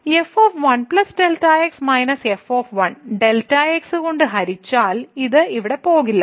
f 1 Δ x minus f Δ x കൊണ്ട് ഹരിച്ചാൽ ഇത് ഇവിടെ പോകില്ല